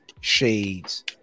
shades